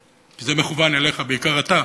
כי זה מכוון אליך, בעיקר אתה,